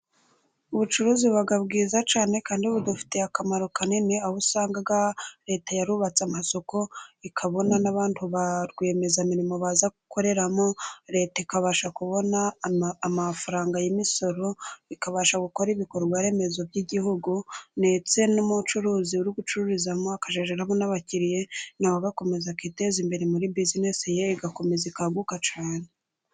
Ubucuruzi bwiza cyane, kandi budafitiye akamaro kanini. Aho usanga Leta yarubatse amasoko, ikabona n' abantu ba rwiyemeza-mirimo baza gukoreramo. Leta ikabasha kubona amafaranga y'imisoro. Ikabasha gukora ibikorwa-remezo by'igihugu. Ndetse n'umucuruzi uri gucururizamo akajya abana abakiriya. Na we akomeza akiteza imbere muri bizinesi ye. Igakomeza ikaguka cyane.